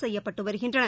செய்யப்பட்டுவருகின்றன